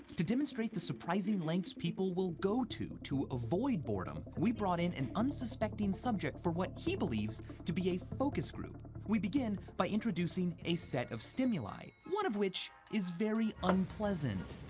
to demonstrate the surprising lengths people will go to to avoid boredom, we brought in and unsuspecting subject for what he believes to be a focus group. we begin by introducing a set of stimuli, one of which is very unpleasant.